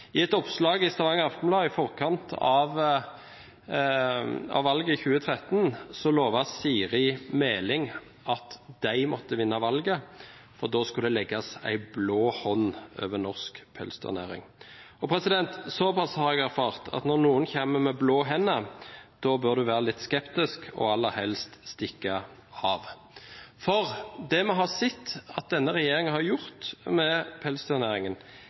I et oppslag i Stavanger Aftenblad i forkant av valget 2013 lovte Siri Meling at de måtte vinne valget, og da skulle det legges en blå hånd over norsk pelsdyrnæring. Såpass har jeg erfart at når noen kommer med blå hender, da bør man være litt skeptisk og aller helst stikke av. Det vi har sett at denne regjeringen har gjort med pelsdyrnæringen,